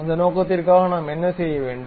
அந்த நோக்கத்திற்காக நாம் என்ன செய்ய வேண்டும்